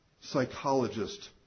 psychologist